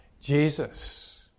Jesus